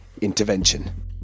intervention